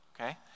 Okay